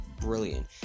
brilliant